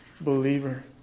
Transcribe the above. believer